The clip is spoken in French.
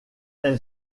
elle